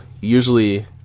usually